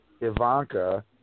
Ivanka